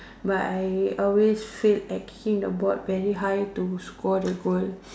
but I always fail at kicking the ball very high to score the goal